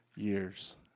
years